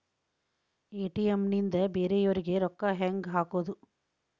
ATM ನಿಂದ ಬೇರೆಯವರಿಗೆ ರೊಕ್ಕ ಹೆಂಗ್ ಹಾಕೋದು?